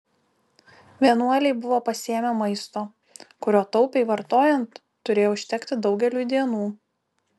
vienuoliai buvo pasiėmę maisto kurio taupiai vartojant turėjo užtekti daugeliui dienų